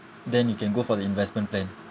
then you can go for the investment plan